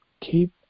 Keep